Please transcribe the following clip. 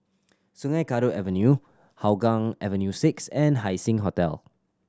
Sungei Kadut Avenue Hougang Avenue Six and Haising Hotel